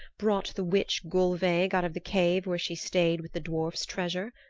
brought the witch gulveig out of the cave where she stayed with the dwarf's treasure?